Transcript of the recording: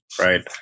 Right